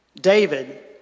David